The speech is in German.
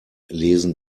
lesen